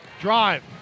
drive